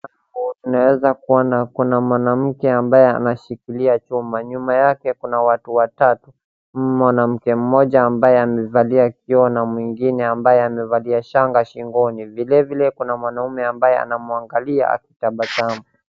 Tunaweza kuona kuwa kuna mwanamke ambaye anashikilia chuma, nyuma yake kuna watu watatu, mwanamke mmoja ambaye amevalia kioo na mwingine ambaye amevalia shanga shingoni, vile vile kuna mwanaume ambaye anamwangalia akitabasamu.